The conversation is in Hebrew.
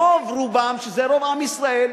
רוב רובם, שאלה רוב עם ישראל.